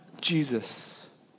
Jesus